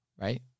right